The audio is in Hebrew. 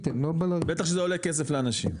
בטח שזה עולה כסף לאנשים.